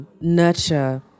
Nurture